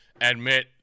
admit